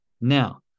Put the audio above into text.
Now